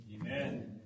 Amen